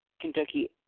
Kentucky